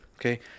Okay